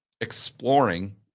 exploring